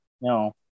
No